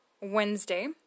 Wednesday